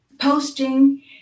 posting